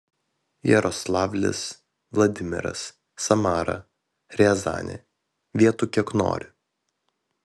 jaroslavlis vladimiras samara riazanė vietų kiek nori